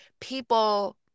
people